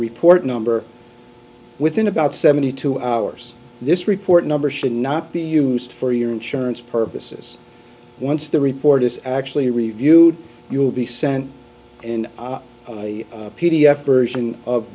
report number within about seventy two hours this report number should not be used for your insurance purposes once the report is actually reviewed you'll be sent and a p d f version of